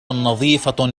نظيفة